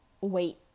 wait